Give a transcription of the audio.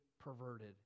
perverted